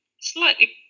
slightly